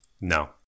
No